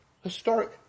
historic